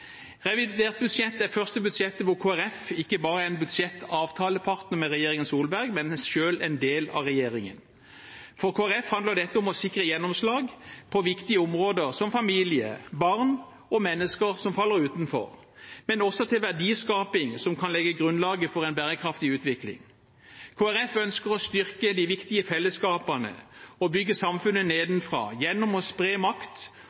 Revidert nasjonalbudsjett er det første budsjettet hvor Kristelig Folkeparti ikke bare er en budsjettavtalepartner med regjeringen Solberg, men selv er en del av regjeringen. For Kristelig Folkeparti handler dette om å sikre gjennomslag på viktige områder som familie, barn og mennesker som faller utenfor, men også for en verdiskaping som kan legge grunnlaget for en bærekraftig utvikling. Kristelig Folkeparti ønsker å styrke de viktige fellesskapene og bygge samfunnet nedenfra, gjennom å spre makt